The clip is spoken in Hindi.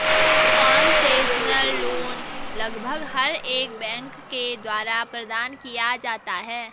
कोन्सेसनल लोन लगभग हर एक बैंक के द्वारा प्रदान किया जाता है